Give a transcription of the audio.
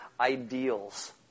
ideals